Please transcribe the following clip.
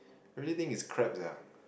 everything is crap sia